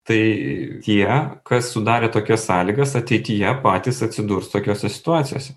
tai tie kas sudarė tokias sąlygas ateityje patys atsidurs tokiose situacijose